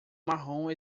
marrom